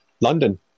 London